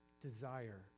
desire